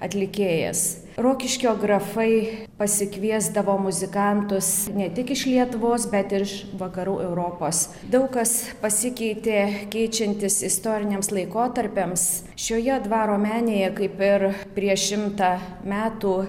atlikėjas rokiškio grafai pasikviesdavo muzikantus ne tik iš lietuvos bet ir iš vakarų europos daug kas pasikeitė keičiantis istoriniams laikotarpiams šioje dvaro menėje kaip ir prieš šimtą metų